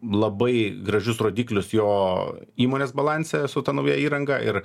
labai gražius rodiklius jo įmonės balanse su ta nauja įranga ir